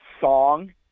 song